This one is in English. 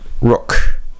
Rook